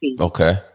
Okay